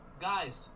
guys